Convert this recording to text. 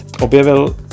objevil